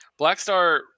Blackstar